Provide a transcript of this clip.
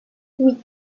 oui